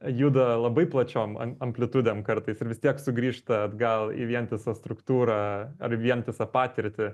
juda labai plačiom am amplitudėm kartais ir vis tiek sugrįžta atgal į vientisą struktūrą ar vientisą patirtį